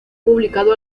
publicado